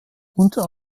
unter